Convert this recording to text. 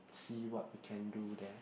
see what we can do there